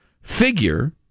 figure